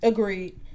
Agreed